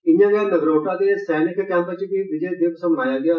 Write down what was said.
इयां गै नगरोटा दे सैनिक कैम्प च बी विजय दिवस मनाया गेया